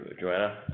Joanna